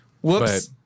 Whoops